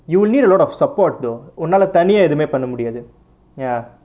you will need a lot of support though உன்னாளே தனியா எதுமே பண்ண முடியாது:unnalae thaniyaa ethumae panna mudiyaathu ya